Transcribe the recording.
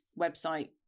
website